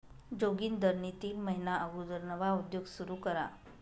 जोगिंदरनी तीन महिना अगुदर नवा उद्योग सुरू करा